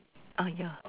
ah ya